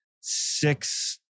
six